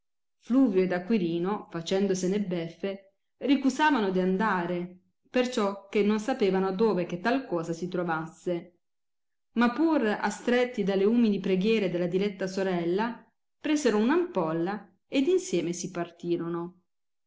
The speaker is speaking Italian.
fluvio ed acquirino facendosene beffe ricusavano di andare perciò che non sapevano dove che tal cosa si trovasse ma pur astretti dalle umili preghiere della diletta sorella presero un ampolla ed insieme si partirono